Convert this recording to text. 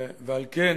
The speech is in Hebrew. ועל כן,